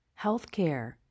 Healthcare